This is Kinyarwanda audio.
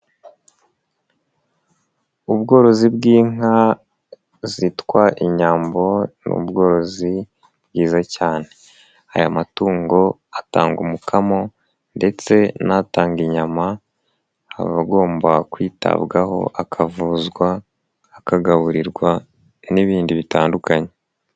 Ubworozi bw'inka zitwa inyambo ni ubworozi bwiza cyane. Aya matungo atanga umukamo ndetse n'atanga inyama aba agomba kwitabwaho, akavuzwa, akagaburirwa n'ibindi bitandukanye.